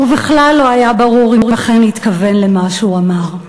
ובכלל לא היה ברור אם אכן התכוון למה שהוא אמר.